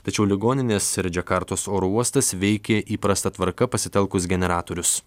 tačiau ligoninės ir džakartos oro uostas veikė įprasta tvarka pasitelkus generatorius